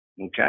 Okay